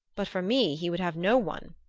but for me he would have no one!